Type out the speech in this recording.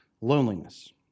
loneliness